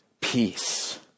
peace